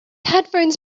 headphones